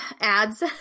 ads